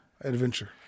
adventure